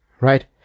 right